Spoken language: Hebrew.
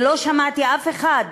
ולא שמעתי אף אחד